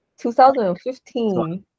2015